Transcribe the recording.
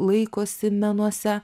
laikosi menuose